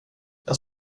jag